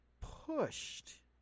pushed